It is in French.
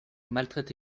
maltraite